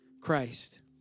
Christ